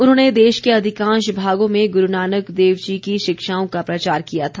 उन्होंने देश के अधिकांश भागों में गुरु नानक देव जी की शिक्षाओं का प्रचार किया था